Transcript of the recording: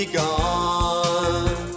gone